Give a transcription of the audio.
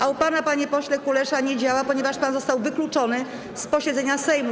A u pana, panie pośle Kulesza, nie działa, ponieważ pan został wykluczony z posiedzenia Sejmu.